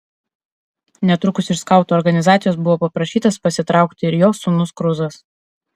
netrukus iš skautų organizacijos buvo paprašytas pasitraukti ir jos sūnus kruzas